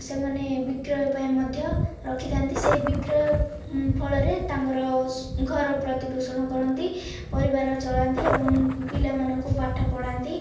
ସେମାନେ ବିକ୍ରୟ ପାଇଁ ମଧ୍ୟ ରଖିଥା'ନ୍ତି ସେଇ ବିକ୍ରୟ ଫଳରେ ତାଙ୍କର ଘର ପ୍ରତିପୋଷଣ କରନ୍ତି ପରିବାର ଚଳାନ୍ତି ଏବଂ ପିଲାମାନଙ୍କୁ ପାଠ ପଢ଼ାନ୍ତି